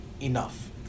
enough